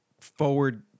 forward